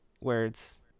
words